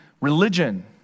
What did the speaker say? religion